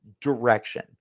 direction